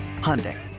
Hyundai